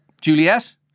Juliet